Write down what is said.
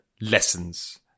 lessons